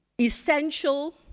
essential